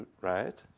right